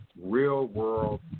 real-world